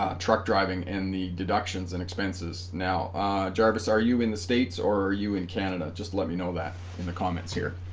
ah truck driving in the deductions and expenses now jarvis are you in the states or are you in canada just let me know that in the comments here